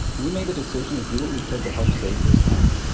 we made the decision to do what we could to help save this town